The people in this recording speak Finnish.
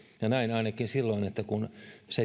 näin ainakin silloin kun